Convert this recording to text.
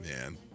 Man